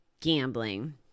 gambling